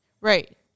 right